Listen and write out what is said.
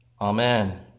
Amen